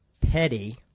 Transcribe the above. petty